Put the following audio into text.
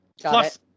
Plus